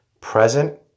present